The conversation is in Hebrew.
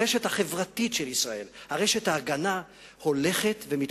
הרשת החברתית של ישראל, רשת ההגנה הולכת ומתפוררת.